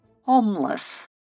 Homeless